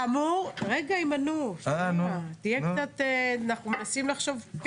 רגע אם ה"נו", שנייה, אנחנו מנסים כן לחשוב.